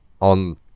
on